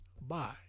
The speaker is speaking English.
bye